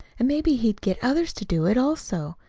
and maybe he'd get others to do it also.